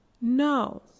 No